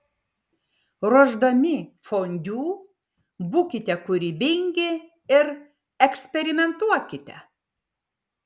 ruošdami fondiu būkite kūrybingi ir eksperimentuokite